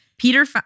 Peter